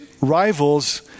rivals